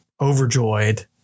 overjoyed